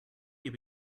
you